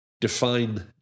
Define